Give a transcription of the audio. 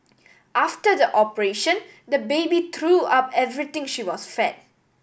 after the operation the baby threw up everything she was fed